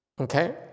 Okay